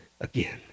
again